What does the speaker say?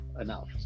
enough